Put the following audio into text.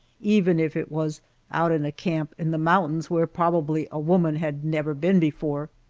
even if it was out in a camp in the mountains where probably a woman had never been before.